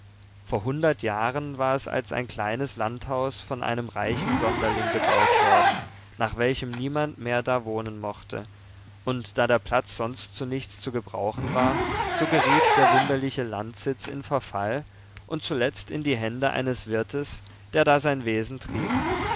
vor hundert jahren war es als ein kleines landhaus von einem reichen sonderling gebaut worden nach welchem niemand mehr da wohnen mochte und da der platz sonst zu nichts zu gebrauchen war so geriet der wunderliche landsitz in verfall und zuletzt in die hände eines wirtes der da sein wesen trieb